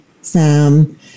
Sam